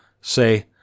Say